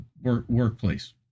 workplace